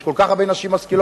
יש כל כך הרבה נשים משכילות.